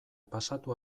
pasatu